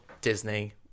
Disney